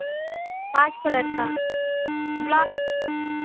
पाँच कलर का गुलाब